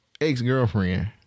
ex-girlfriend